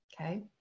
okay